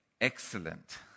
excellent